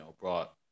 brought